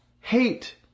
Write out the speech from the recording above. hate